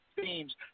themes